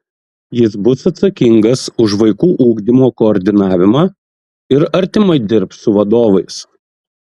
jis bus atsakingas už vaikų ugdymo koordinavimą ir artimai dirbs su vadovais